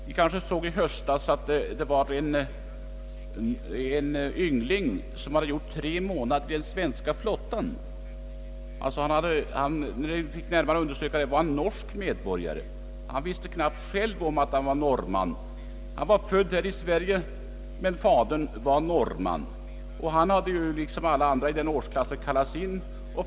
Vi såg i höstas meddelanden om en yngling, som hade gjort tre månaders värnplikt vid den svenska flottan fastän det visade sig vid närmare undersökning att han var norsk medborgare. Han visste knappt om detta själv. Han var född i Sverige, men fadern var norrman. Jag vet inte hur det går nu när vi ju skall få datamaskiner.